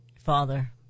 Father